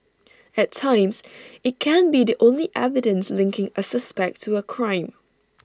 at times IT can be the only evidence linking A suspect to A crime